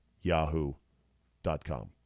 yahoo.com